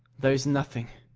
there is nothing.